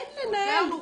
אין לנהל.